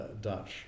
Dutch